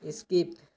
A skip